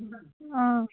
অঁ